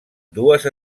dues